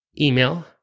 email